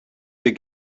you